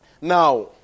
Now